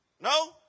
No